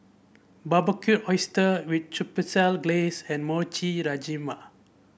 Barbecued Oysters with Chipotle Glaze and Mochi Rajma